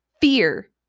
fear